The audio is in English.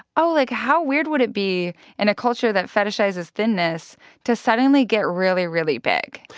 oh, like, how weird would it be in a culture that fetishizes thinness to suddenly get really, really big?